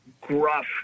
gruff